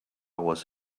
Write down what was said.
was